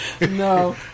No